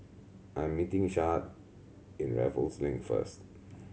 I am meeting Shad in Raffles Link first